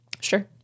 Sure